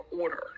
order